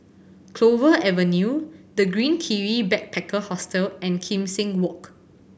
Clover Avenue The Green Kiwi Backpacker Hostel and Kim Seng Walk